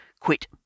Quit